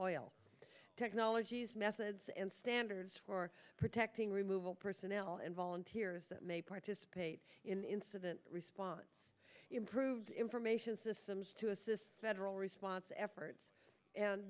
oil technology methods and standards for protecting removal personnel and volunteers that may participate in incident response improved information systems to assist federal response efforts and